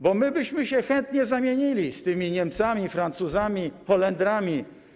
Bo my byśmy się chętnie zamienili z tymi Niemcami, Francuzami, Holendrami.